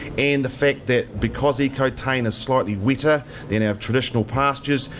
and the fact that because ecotain is slightly wetter than our traditional pastures,